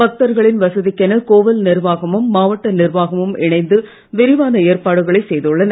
பக்தர்களின் வசதிக்கென கோவில் நிர்வாகமும் மாவட்ட நிர்வாகமும் இணைந்து விரிவான ஏற்பாடுகளை செய்துள்ளன